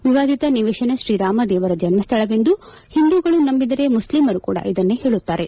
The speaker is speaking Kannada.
ವಿವಾದಿತ ನಿವೇಶನ ತ್ರೀರಾಮ ದೇವರ ಜನ್ಹ್ವಳವೆಂದು ಹಿಂದೂಗಳು ನಂಬಿದರೆ ಮುಸ್ಲಿಮರು ಕೂಡ ಇದನ್ನೇ ಹೇಳುತ್ತಾರೆ